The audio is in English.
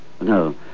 No